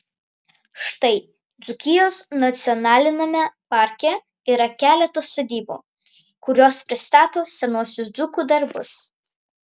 štai dzūkijos nacionaliniame parke yra keletas sodybų kurios pristato senuosius dzūkų darbus